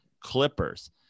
Clippers